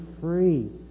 free